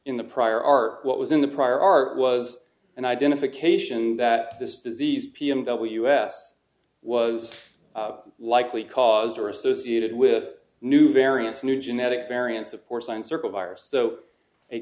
in the prior art what was in the prior art was an identification that this disease pm ws was likely caused or associated with new variants new genetic variants of porcelain circle virus so they